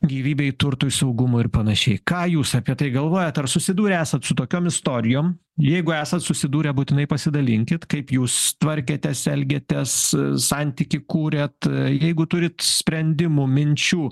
gyvybei turtui ir saugumui ir panašiai ką jūs apie tai galvojat ar susidūrę esat su tokiom istorijom jeigu esat susidūrę būtinai pasidalinkit kaip jūs tvarkėtės elgiatės santykį kurėt jeigu turit sprendimų minčių